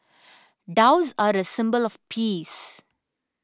doves are a symbol of peace